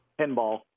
pinball